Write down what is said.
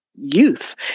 youth